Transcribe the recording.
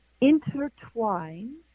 intertwine